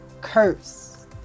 curse